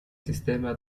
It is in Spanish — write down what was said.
sistema